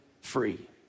free